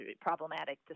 problematic